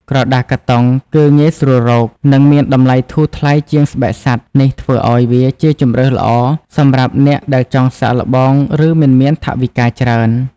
ក្រដាសកាតុងគឺងាយស្រួលរក និងមានតម្លៃធូរថ្លៃជាងស្បែកសត្វ នេះធ្វើឱ្យវាជាជម្រើសល្អសម្រាប់អ្នកដែលចង់សាកល្បង ឬមិនមានថវិកាច្រើន។